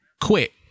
quit